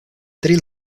tri